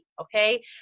okay